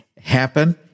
happen